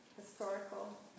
historical